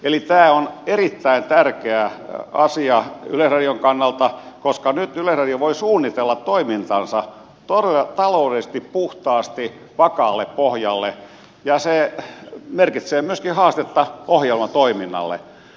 tämä on erittäin tärkeä asia yleisradion kannalta koska nyt yleisradio voi suunnitella toimintaansa todella taloudellisesti puhtaasti vakaalle pohjalle ja se merkitsee myöskin haastetta ohjelmatoiminnalle